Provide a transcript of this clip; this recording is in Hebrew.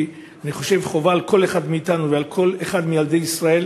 ואני חושב שחובה על כל אחד מאתנו ועל כל אחד מילדי ישראל